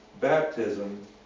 baptism